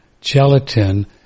gelatin